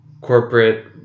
corporate